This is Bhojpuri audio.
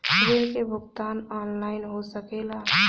ऋण के भुगतान ऑनलाइन हो सकेला?